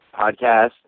podcast